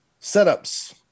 Setups